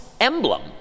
emblem